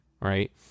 right